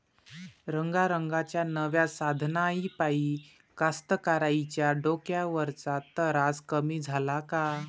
रंगारंगाच्या नव्या साधनाइपाई कास्तकाराइच्या डोक्यावरचा तरास कमी झाला का?